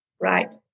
right